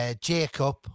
Jacob